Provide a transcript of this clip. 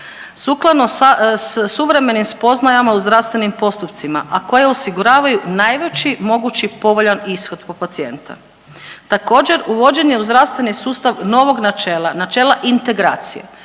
Sukladno suvremenim spoznajama u zdravstvenim postupcima, a koje osiguravaju najveći mogući povoljan ishod po pacijenta. Također, uvođenje u zdravstveni sustav novog načela, načela integracija